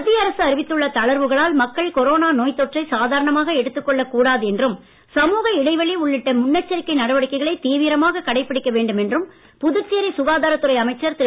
மத்திய அரசு அறிவித்துள்ள தளர்வுகளால் மக்கள் கொரோனா நோய்த் தொற்றை சாதாரணமாக எடுத்துக் கொள்ளக்கூடாது என்றும் சமூக இடைவெளி உள்ளிட்ட முன்னெச்சரிக்கை நடவடிக்கைகளை தீவிரமாக கடைபிடிக்க வேண்டும் என்றும் புதுச்சேரி சுகாதாரத் துறை அமைச்சர் திரு